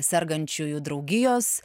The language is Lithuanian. sergančiųjų draugijos